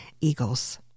Eagles